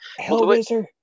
Hellraiser